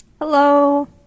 Hello